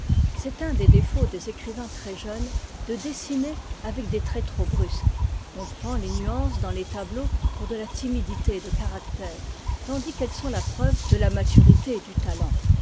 c'est un des défauts des écrivains très jeunes de dessiner avec des traits trop brusques on prend les nuances dans les tableaux pour de la timidité de caractère tandis qu'elles sont la preuve de la maturité du talent